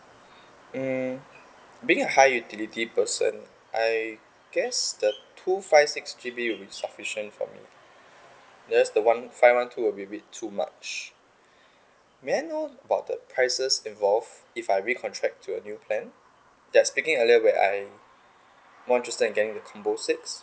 um being a high utility person I guess the two five six G_B would be sufficient for me whereas the one five one two would be a bit too much may I know about the prices involved if I recontract to a new plan ya speaking a little bit I'm more interested in getting the combo six